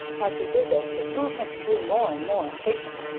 as he did this his movements grew more and more impatient,